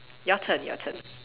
your turn your turn